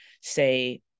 say